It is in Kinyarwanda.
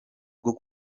rwo